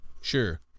sure